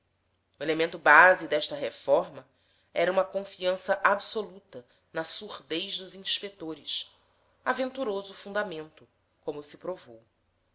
o elemento base desta reforma era uma confiança absoluta na surdez dos inspetores aventuroso fundamento como se provou